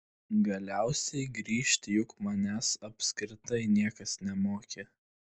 galiausiai grįžt juk manęs apskritai niekas nemokė